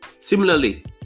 similarly